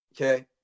okay